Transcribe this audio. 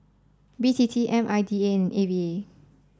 B T T I M D A and A V A